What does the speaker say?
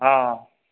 हँ